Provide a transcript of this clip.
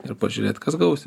ir pažiūrėt kas gausis